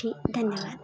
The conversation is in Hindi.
जी धन्यवाद